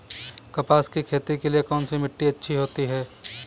कपास की खेती के लिए कौन सी मिट्टी अच्छी होती है?